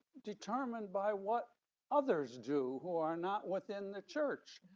determined by what others do who are not within the church.